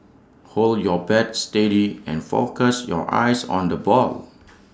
hold your bat steady and focus your eyes on the ball